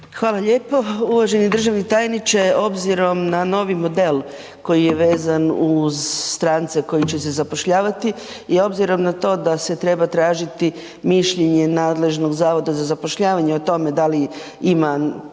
Hvala lijepo. Uvaženi državni tajniče, obzirom na novi model koji je vezan uz strance koji će se zapošljavati i obzirom na to da se treba tražiti mišljenje nadležnog zavoda za zapošljavanje o tome da li ima